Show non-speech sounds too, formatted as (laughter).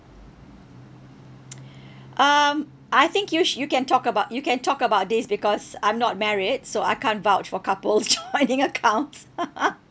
(noise) um I think you sh~ you can talk about you can talk about this because I'm not married so I can't vouch for couples (laughs) joining accounts (laughs)